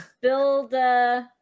build